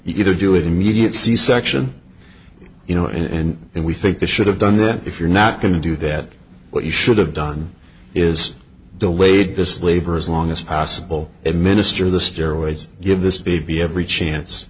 either do it immediate c section you know and we think it should have done then if you're not going to do that what you should have done is delayed this labor as long as possible administer the steroids give this baby every chance